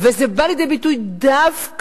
זה בא לידי ביטוי דווקא